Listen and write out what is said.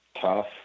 tough